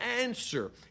answer